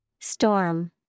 Storm